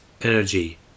energy